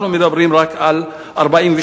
אנחנו מדברים רק על 42%,